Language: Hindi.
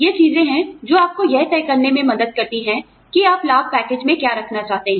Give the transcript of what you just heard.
ये चीजें हैं जो आपको यह तय करने में मदद करती हैं कि आप लाभ पैकेज में क्या रखना चाहते हैं